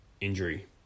injury